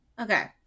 Okay